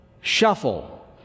shuffle